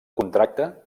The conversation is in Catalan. contracte